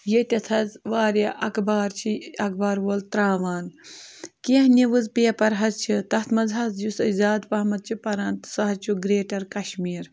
ییٚتٮ۪تھ حظ واریاہ اَخبار چھِ اَخبار وول ترٛاوان کیٚنٛہہ نِوٕز پیپر حظ چھِ تَتھ منٛز حظ یُس أسۍ زیادٕ پَہمَتھ چھِ پَران تہٕ سُہ حظ چھُ گرٛیٹَر کَشمیٖر